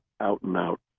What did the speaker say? out-and-out